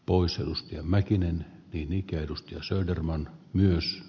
poisuus ja mäkinen ei mikään rustu arvoisa puhemies